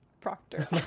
Proctor